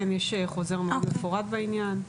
יש חוזר מאוד מפורט בעניין.